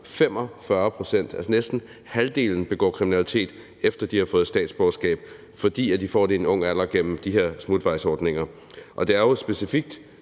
sige, at næsten halvdelen begår kriminalitet, efter at de har fået statsborgerskab, fordi de får det i en ung alder gennem de her smutvejsordninger. Og det gælder jo specifikt